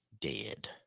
dead